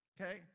Okay